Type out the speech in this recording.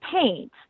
paint